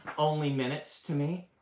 only minutes to me.